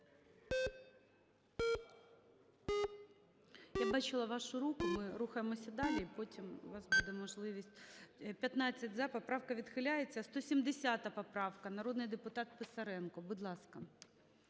Я бачила вашу руку. Ми рухаємося далі, і потім у вас буде можливість. 12:49:00 За-15 Поправка відхиляється. 170 поправка. Народний депутат Писаренко, будь ласка.